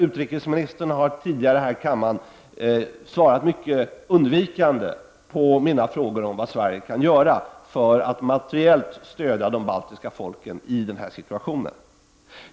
Utrikesministern har tidigare här i kammaren svarat mycket undvikande på mina frågor om vad Sverige kan göra för att materiellt stödja de baltiska folken i den här situationen.